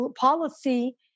policy